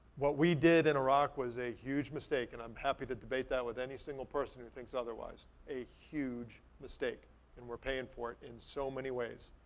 what we did in iraq was a huge mistake and i'm happy to debate that with any single person who thinks otherwise. a huge mistake and we're paying for it so many ways.